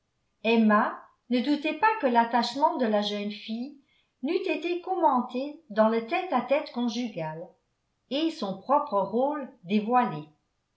emma ne doutait pas que l'attachement de la jeune fille n'eût été commenté dans le tête-à-tête conjugal et son propre rôle dévoilé